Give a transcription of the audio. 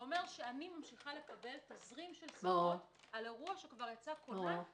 אומר שאני ממשיכה לקבל תזרים של שיחות על אירוע שיצא כונן כבר,